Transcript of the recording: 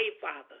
Father